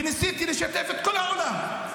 וניסיתי לשתף את כל העולם,